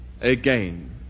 again